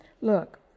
Look